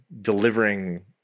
delivering